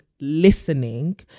listening